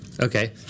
Okay